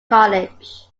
college